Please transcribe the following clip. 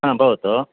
हा भवतु